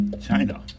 China